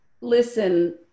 listen